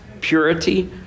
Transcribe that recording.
purity